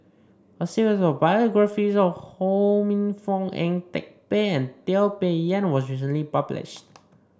a series of biographies Ho Minfong Ang Teck Bee and Teo Bee Yen was recently published